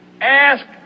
ask